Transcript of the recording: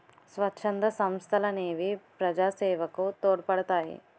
స్వచ్ఛంద సంస్థలనేవి ప్రజాసేవకు తోడ్పడతాయి